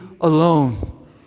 alone